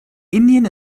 indien